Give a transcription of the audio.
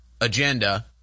Agenda